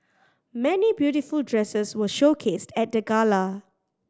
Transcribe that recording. many beautiful dresses were showcased at the gala